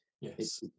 Yes